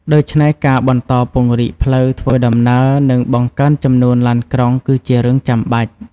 ដូច្នេះ ការបន្តពង្រីកផ្លូវធ្វើដំណើរ និងបង្កើនចំនួនឡានក្រុង គឺជារឿងចាំបាច់។